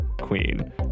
queen